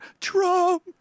Trump